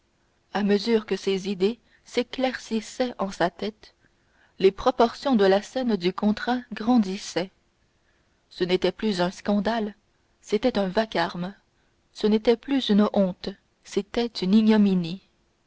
à mesure que ses idées s'éclaircissaient en sa tête les proportions de la scène du contrat grandissaient ce n'était plus un scandale c'était un vacarme ce n'était plus une honte c'était une ignominie